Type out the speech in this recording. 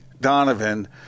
Donovan